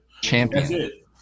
champion